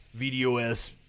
Vdos